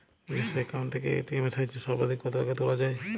নিজস্ব অ্যাকাউন্ট থেকে এ.টি.এম এর সাহায্যে সর্বাধিক কতো টাকা তোলা যায়?